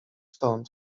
stąd